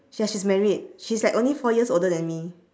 yes she's married she's like only four years older than me